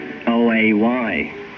O-A-Y